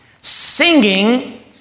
Singing